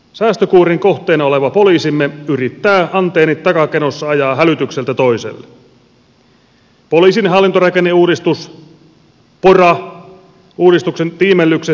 säästökuurin kohteena oleva poliisimme yrittää antennit takakenossa ajaa hälytykseltä toiselle